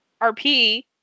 RP